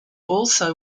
also